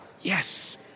Yes